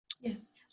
Yes